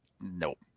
Nope